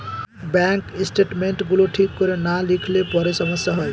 bank statements গুলো ঠিক করে না লিখলে পরে সমস্যা হয়